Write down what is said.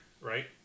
right